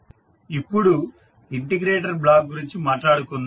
ఇప్పుడు integrator block గురించి మాట్లాడుదాం